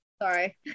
sorry